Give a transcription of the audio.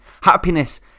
happiness